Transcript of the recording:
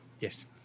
Yes